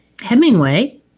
Hemingway